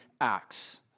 acts